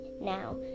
now